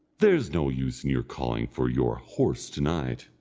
there's no use in your calling for your horse to-night.